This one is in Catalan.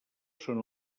són